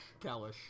Kalish